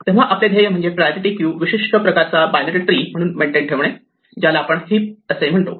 तेव्हा आपले ध्येय म्हणजे प्रायोरिटी क्यू विशिष्ट प्रकारचा बायनरी ट्री म्हणून मेंटेन ठेवणे ज्याला आपण हिप असे म्हणतो